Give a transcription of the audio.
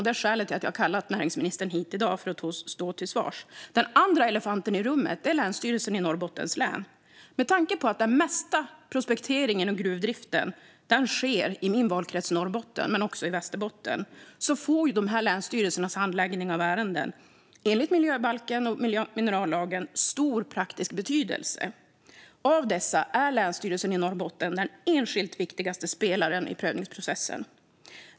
Det är skälet till att jag har kallat hit näringsministern för att i dag stå till svars för detta. Den andra elefanten i rummet är Länsstyrelsen i Norrbottens län. Med tanke på att den största delen av prospekteringen och gruvdriften sker i min valkrets Norrbotten och i Västerbotten får dessa länsstyrelsers handläggning av ärenden enligt miljöbalken och minerallagen stor praktisk betydelse. Av dessa är Länsstyrelsen i Norrbotten den enskilt viktigaste spelaren i prövningsprocessen.